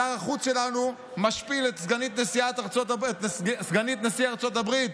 שר החוץ שלנו משפיל את סגנית נשיא ארצות הברית.